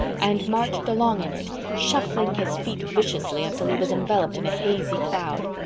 and marched along in it, shuffling his feet viciously until he was enveloped in a hazy cloud.